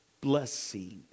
blessing